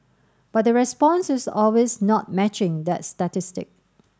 but the response is always not matching that statistic